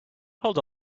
hold